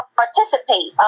participate